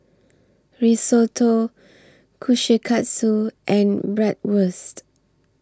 Risotto Kushikatsu and Bratwurst